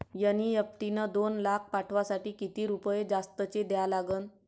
NEFT न दोन लाख पाठवासाठी किती रुपये जास्तचे द्या लागन?